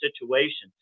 situations